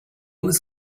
was